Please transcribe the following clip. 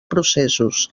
processos